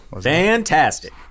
Fantastic